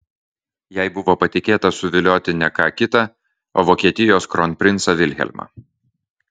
jai buvo patikėta suvilioti ne ką kitą o vokietijos kronprincą vilhelmą